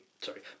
sorry